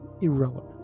irrelevant